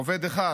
עובד אחד,